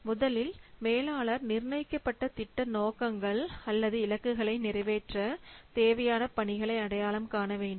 முதலில் மேலாளர் நிர்ணயிக்கப்பட்ட திட்ட நோக்கங்கள் அல்லது இலக்குகளை நிறைவேற்ற தேவையான பணிகளை அடையாளம் காண வேண்டும்